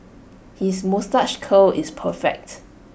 his moustache curl is perfect